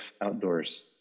outdoors